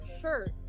shirt